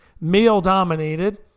male-dominated